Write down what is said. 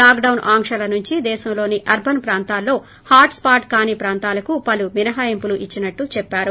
lockdown ఆంక్షల నుంచి దేశంలోని అర్సన్ ప్రాంతాలలో హాట్ స్పాట్ కాని ప్రాంతాలకు పలు మినహాయింపులు ఇచ్చినట్లు చెప్పారు